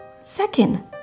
Second